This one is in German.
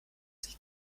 sich